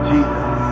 Jesus